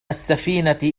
السفينة